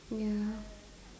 ya